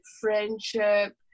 friendship